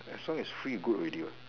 as long as free good already what